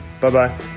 Bye-bye